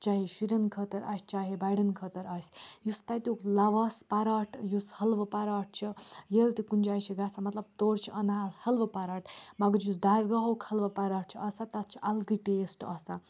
چاہے شُرٮ۪ن خٲطرٕ آسہِ چاہے بَڑٮ۪ن خٲطرٕ آسہِ یُس تَتیُک لَواس پَراٹھ یُس حلوٕ پرٛاٹھ چھُ ییٚلہِ تہِ کُنہِ جاے چھِ گژھان مطلب تورٕ چھِ اَنان حلوٕ پَراٹھ مگر یُس درگاہُک حلوٕ پَراٹھ چھِ آسان تَتھ چھِ الگٕے ٹیسٹہٕ آسان